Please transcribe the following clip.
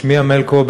שמי אמלקו,